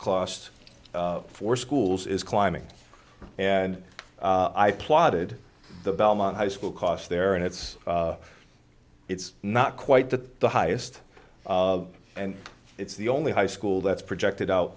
costs for schools is climbing and i plodded the belmont high school costs there and it's it's not quite that the highest and it's the only high school that's projected out